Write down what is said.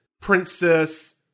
princess